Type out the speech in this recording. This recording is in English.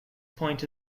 point